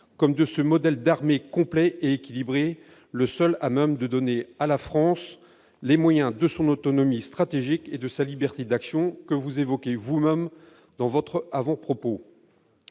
de ce « modèle d'armée complet et équilibré [...], le seul à [même de] donner à la France les moyens de son autonomie stratégique et de sa liberté d'action » que vous évoquez vous-même, madame la